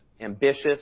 ambitious